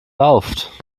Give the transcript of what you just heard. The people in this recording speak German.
rauft